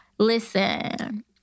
Listen